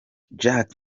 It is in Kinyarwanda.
jack